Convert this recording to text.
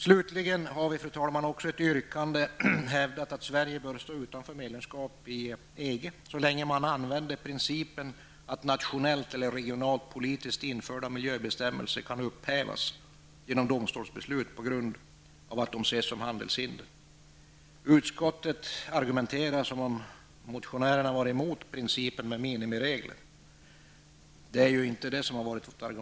Slutligen, fru talman, hävdar vi i ett yrkande att Sverige bör stå utanför medlemskap i EG så länge som man använder principen att nationellt eller regionalt politiskt införda miljöbestämmelser kan upphävas genom domstolsbeslut på grund av att de ses som handelshinder. Utskottet argumenterar på ett sådant sätt att man skulle kunna tro att motionärerna är emot principen om minimiregler.